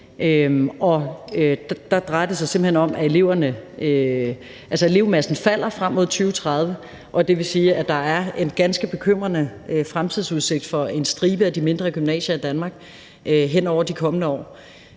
Der drejer det sig simpelt hen om, at elevmassen falder frem mod 2030, og det vil sige, at der er en ganske bekymrende fremtidsudsigt for en stribe af de mindre gymnasier i Danmark hen over de kommende år.